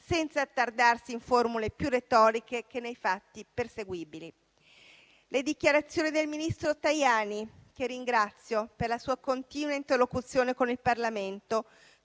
senza attardarsi in formule più retoriche che nei fatti perseguibili. Le dichiarazioni del ministro Tajani, che ringrazio per la sua continua interlocuzione con il Parlamento,